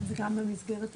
שי יכול לחלץ אותנו?